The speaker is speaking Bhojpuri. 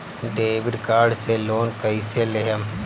डेबिट कार्ड से लोन कईसे लेहम?